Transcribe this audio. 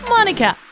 Monica